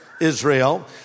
Israel